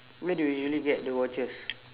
where do you usually get the watches